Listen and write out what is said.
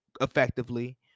effectively